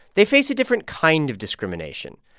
they face a different kind of discrimination.